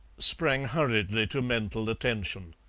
sprang hurriedly to mental attention.